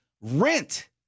rent